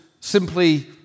simply